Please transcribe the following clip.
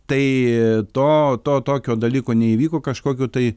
tai to to tokio dalyko neįvyko kažkokiu tai